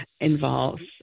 involves